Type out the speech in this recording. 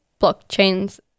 blockchains